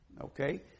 Okay